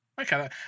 okay